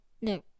no